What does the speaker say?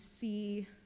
see